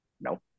No